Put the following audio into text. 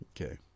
Okay